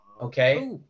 Okay